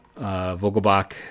Vogelbach